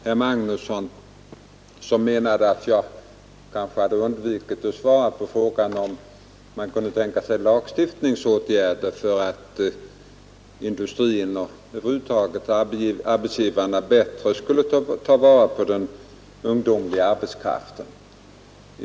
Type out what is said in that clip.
Fru talman! Herr Magnusson i Kristinehamn menade att jag hade undvikit att svara på frågan, om man kunde tänka sig att tillgripa lagstiftningsåtgärder för att industrierna och arbetsgivarna över huvud taget bättre skulle ta vara på den ungdomliga arbetskraften.